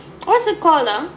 what's it called ah